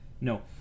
No